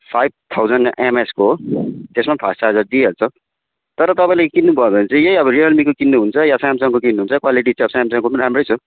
five thousand एमएचको हो त्यसमा पनि फास्ट चार्जर दिइहाल्छ तर तपाईँले किन्नुभयो भने चाहिँ यही अब रियलमीको किन्नुहुन्छ या स्यामसङको किन्नुहुन्छ क्वालिटी चाहिँ स्यामसङको पनि राम्रै छ